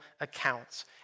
accounts